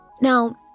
Now